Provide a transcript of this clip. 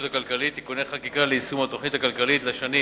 הכלכלית (תיקוני חקיקה ליישום התוכנית הכלכלית לשנים